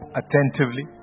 attentively